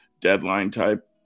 deadline-type